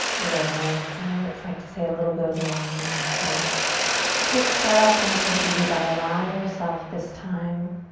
there and as i always like to say a little goes a long way so just start off nice and easy by allowing yourself this time